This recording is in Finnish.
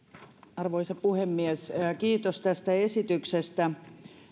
arvoisa puhemies kiitos tästä esityksestä